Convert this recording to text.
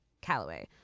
Callaway